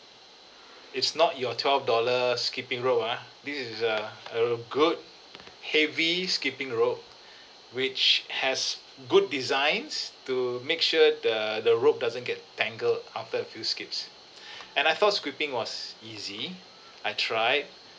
it's not your twelve dollar skipping rope ah this is a a good heavy skipping rope which has good designs to make sure the the rope doesn't get tangled after a few skips and I thought skipping was easy I tried